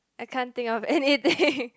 I can't think of anything